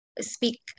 speak